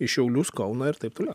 į šiaulius kauną ir taip toliau